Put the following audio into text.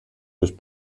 durch